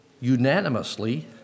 unanimously